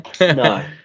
No